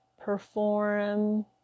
perform